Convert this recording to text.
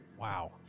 Wow